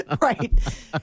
right